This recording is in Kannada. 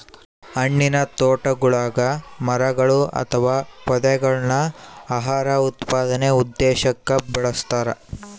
ಹಣ್ಣಿನತೋಟಗುಳಗ ಮರಗಳು ಅಥವಾ ಪೊದೆಗಳನ್ನು ಆಹಾರ ಉತ್ಪಾದನೆ ಉದ್ದೇಶಕ್ಕ ಬೆಳಸ್ತರ